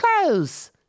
clothes